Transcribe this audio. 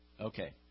Okay